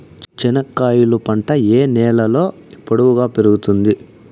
చెనక్కాయలు పంట ఏ నేలలో పొడువుగా పెరుగుతుంది?